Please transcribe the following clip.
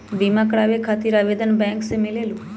बिमा कराबे खातीर आवेदन बैंक से मिलेलु?